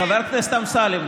חבר הכנסת אמסלם,